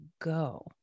go